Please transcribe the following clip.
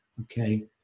Okay